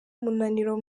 umunaniro